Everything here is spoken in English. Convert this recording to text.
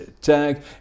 tag